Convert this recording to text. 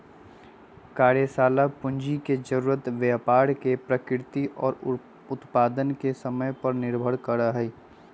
कार्यशाला पूंजी के जरूरत व्यापार के प्रकृति और उत्पादन के समय पर निर्भर करा हई